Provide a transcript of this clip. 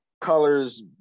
colors